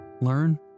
learn